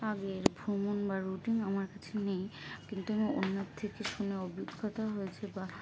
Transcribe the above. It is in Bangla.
আগের ভ্রমণ বা রুটিন আমার কাছে নেই কিন্তু আমি অন্যের থেকে শুনে অভিজ্ঞতা হয়েছে বা